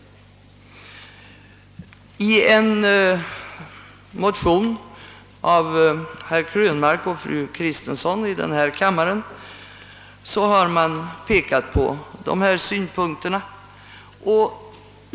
I en motion av herr Krönmark och fru Kristensson i denna kammare har de framlagt dessa synpunkter.